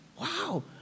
Wow